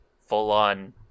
full-on